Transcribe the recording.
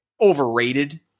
overrated